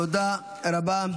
תודה רבה.